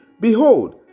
Behold